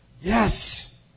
Yes